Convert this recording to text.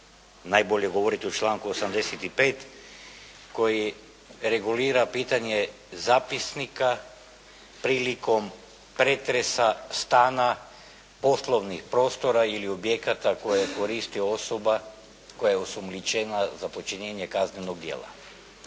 najbolje govoriti o članku 85. koji regulira pitanje zapisnika prilikom pretresa stana, poslovnih prostora ili objekata koje koristi osoba koja je osumnjičena za počinjenje kaznenog djela.